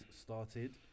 started